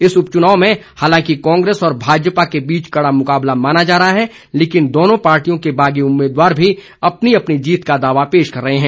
इस उपचुनाव में हालांकि कांग्रेस और भाजपा के बीच कड़ा मुकाबला माना जा रहा है लेकिन दोनों पार्टियों के बागी उम्मीदवार भी अपनी जीत का दावा पेश कर रहे हैं